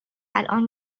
الان